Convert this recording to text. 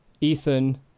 Ethan